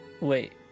Wait